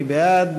מי בעד?